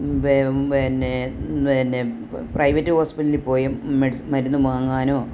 പിന്നെ പ്രൈവറ്റ് ഹോസ്പിറ്റലിൽ പോയും മെഡിസിൻ മരുന്ന് വാങ്ങാനോ